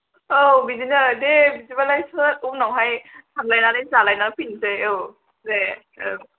औ बिदिनो जागोन दे बिदिबालाय स्रोद उनावहाय थांलायनानै जानानै फैलायनोसै औ दे